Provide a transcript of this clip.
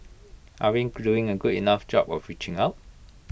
are we doing A good enough job with reaching out